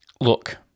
Look